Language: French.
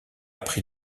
pris